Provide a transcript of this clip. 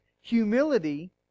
humility